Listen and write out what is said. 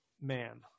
man